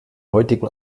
heutigen